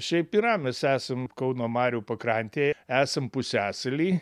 šiaip yra mes esam kauno marių pakrantėj esam pusiasaly